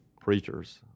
preachers